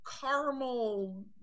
caramel